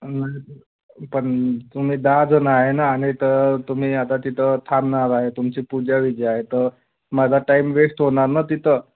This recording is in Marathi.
ना पण तुम्ही दहा जणं आहे ना आणि तर तुम्ही आता तिथं थांबणार आहे तुमची पूजा विजा आहे तर माझा टाईम वेस्ट होणार ना तिथं